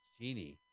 genie